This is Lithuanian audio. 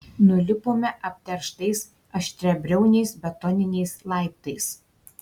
nulipome apterštais aštriabriauniais betoniniais laiptais